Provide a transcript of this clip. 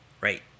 right